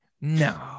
no